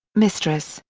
mistress,